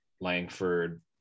Langford